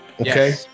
okay